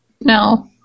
no